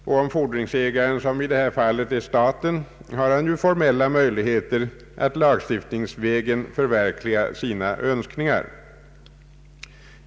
Och om fordringsägaren som i detta fall är staten har han ju formella möjligheter att lagstiftningsvägen förverkliga sina önskningar.